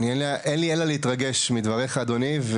אין לי אלא להתרגש מדבריך אדוני.